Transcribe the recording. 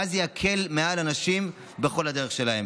ואז זה יקל על אנשים בדרך שלהם.